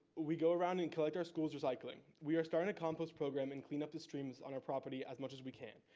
we go around and collect our schools recycling. we are starting to compost program and clean up the streams on our property as much as we can.